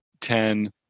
Ten